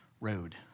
road